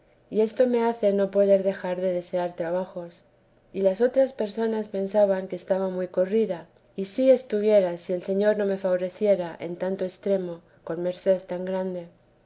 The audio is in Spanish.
y esto me hace no poder dejar de desear trabajos y las otras personas pensaban que estaba muy corrida y sí estuviera si el señor no me favoreciera en tanto extremo con merced tan grande